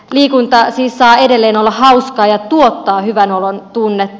liikunta siis saa edelleen olla hauskaa ja tuottaa hyvän olon tunnetta